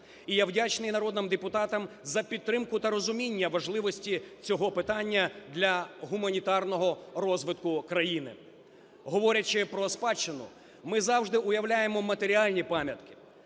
І я вдячний народним депутатам за підтримку та розуміння важливості цього питання для гуманітарного розвитку країни. Говорячи про спадщину, ми завжди уявляємо матеріальні пам'ятки.